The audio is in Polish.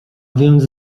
więc